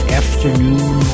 afternoon